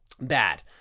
bad